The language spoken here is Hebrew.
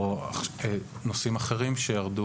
או נושאים אחרים,